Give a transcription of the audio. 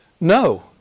no